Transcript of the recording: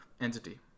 entity